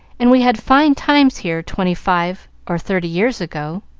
and we had fine times here twenty-five or thirty years ago.